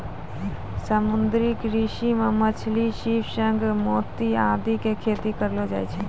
समुद्री कृषि मॅ मछली, सीप, शंख, मोती आदि के खेती करलो जाय छै